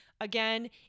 again